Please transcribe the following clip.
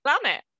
planet